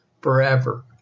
forever